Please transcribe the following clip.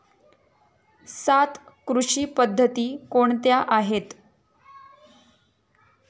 सात कृषी पद्धती कोणत्या आहेत?